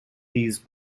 these